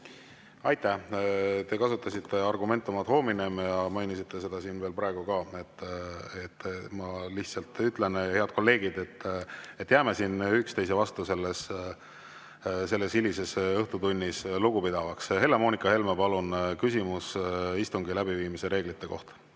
Aitäh! Te kasutasiteargumentum ad hominem'i ja mainisite seda siin veel praegu ka. Ma lihtsalt ütlen, head kolleegid, et jääme siin üksteise vastu sellel hilisel õhtutunnil lugupidavaks. Helle-Moonika Helme, palun, küsimus istungi läbiviimise reeglite kohta!